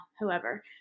whoever